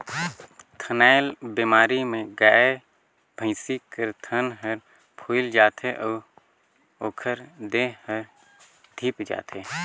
थनैल बेमारी में गाय, भइसी कर थन हर फुइल जाथे अउ ओखर देह हर धिप जाथे